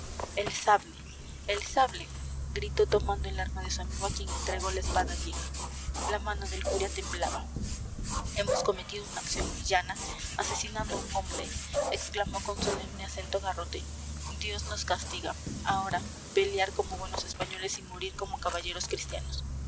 el sable el sable gritó tomando el arma de su amigo a quien entregó la espada vieja la mano del cura temblaba hemos cometido una acción villana asesinando a un hombre exclamó con solemne acento garrote dios nos castiga ahora pelear como buenos españoles y morir como caballeros cristianos